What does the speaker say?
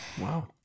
Wow